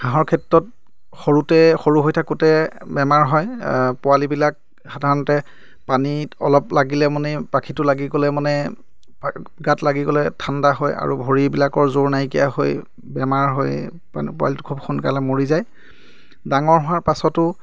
হাঁহৰ ক্ষেত্ৰত সৰুতে সৰু হৈ থাকোঁতে বেমাৰ হয় আ পোৱালিবিলাক সাধাৰণতে পানী অলপ লাগিলে মানে পাখিটো লাগি গ'লে মানে গাত লাগি গ'লে ঠাণ্ডা হয় আৰু ভৰিবিলাকৰ জোৰ নাইকিয়া হৈ বেমাৰ হৈ মানে পোৱালিটো খুব সোনকালে মৰি যায় ডাঙৰ হোৱাৰ পাছতো